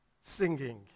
singing